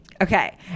Okay